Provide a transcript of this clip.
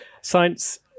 science